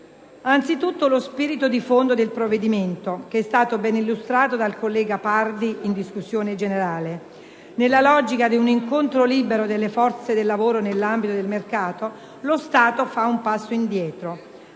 Anzitutto lo spirito di fondo del provvedimento, che è stato ben illustrato dal collega Pardi in discussione generale: nella logica di un incontro libero delle forze del lavoro nell'ambito del mercato, lo Stato fa un passo indietro.